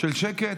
של שקט,